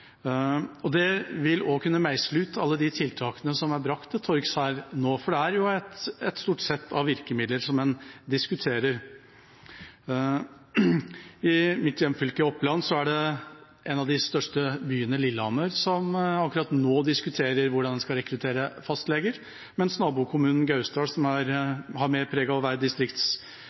år. Det vil også kunne meisle ut alle de tiltakene som er brakt til torgs her nå, for det er jo et stort sett av virkemidler som en diskuterer. I mitt hjemfylke, Oppland, diskuteres det akkurat nå i en av de største byene, Lillehammer, hvordan en skal rekruttere fastleger, mens i nabokommunen Gausdal, som har